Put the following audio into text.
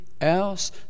else